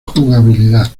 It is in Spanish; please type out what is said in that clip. jugabilidad